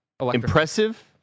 impressive